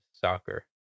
soccer